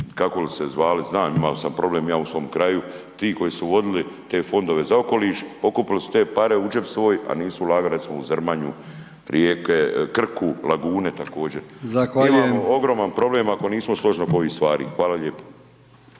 kako li se zvali, znam imao sam problem i ja u svom kraju, ti koji su vodili te fondove za okoliš, pokupili su te pare u džep svoj a nisu ulagali recimo u Zrmanju, rijeke, Krku, lagune također. Imamo ogroman problem ako nismo složni oko ovih stvari. Hvala lijepo.